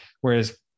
Whereas